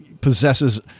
possesses